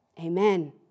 amen